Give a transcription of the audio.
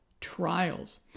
trials